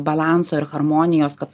balanso ir harmonijos kad